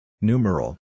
Numeral